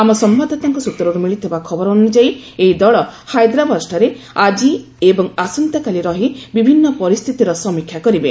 ଆମ ସମ୍ଭାଦଦାତାଙ୍କ ସ୍ୱତ୍ରରୁ ମିଳିଥିବା ଖବର ଅନ୍ଦ୍ରଯାୟୀ ଏହି ଦଳ ହାଇଦ୍ରାବାଦଠାରେ ଆଜି ଏବଂ ଆସନ୍ତାକାଲି ରହି ବିଭିନ୍ନ ପରିସ୍ଥିତିର ସମୀକ୍ଷା କରିବେ